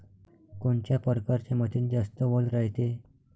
कोनच्या परकारच्या मातीत जास्त वल रायते?